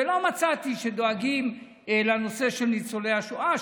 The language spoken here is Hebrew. ולא מצאתי שדואגים לנושא של ניצולי השואה.